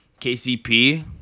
KCP